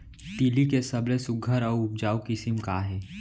तिलि के सबले सुघ्घर अऊ उपजाऊ किसिम का हे?